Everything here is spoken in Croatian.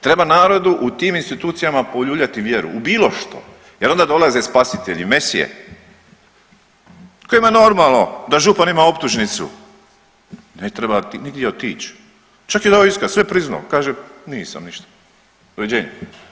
Treba narodu u tim institucijama poljuljati vjeru u bilo što jer onda dolazi spasitelji, mesije kojima je normalno da župan ima optužnicu, … nigdje otić, čak je dao iskaz sve priznao, kaže nisam ništa doviđenja.